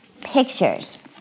pictures